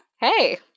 Hey